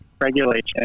regulation